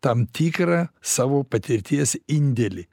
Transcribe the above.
tam tikrą savo patirties indėlį